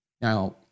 Now